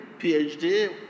PhD